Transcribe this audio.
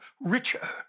richer